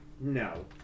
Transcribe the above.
No